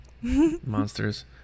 Monsters